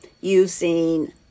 using